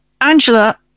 Angela